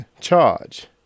charge